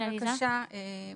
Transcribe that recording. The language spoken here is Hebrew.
בבקשה,